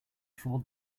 four